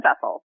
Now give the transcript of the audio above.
vessels